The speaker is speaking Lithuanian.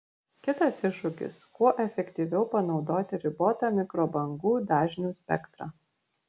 kitas iššūkis kuo efektyviau panaudoti ribotą mikrobangų dažnių spektrą